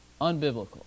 unbiblical